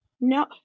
No